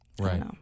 right